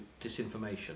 disinformation